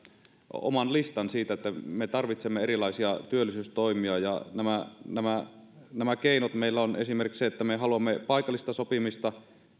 oman listan siitä että me tarvitsemme erilaisia työllisyystoimia nämä nämä keinot meillä ovat esimerkiksi ne että me haluamme paikallista sopimista